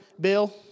Bill